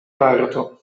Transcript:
parto